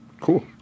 Cool